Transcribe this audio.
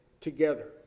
together